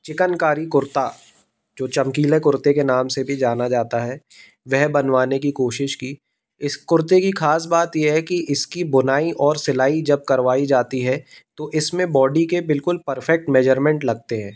चिकनकारी कुर्ता जो चमकीले कुर्ते के नाम से भी जाना जाता है वह बनवाने की कोशिश की इस कुर्ते की खास बात ये है कि इसकी बुनाई और सिलाई जब करवाई जाती है तो इसमें बॉडी के बिलकुल परफेक्ट मेजरमेंट लगते हैं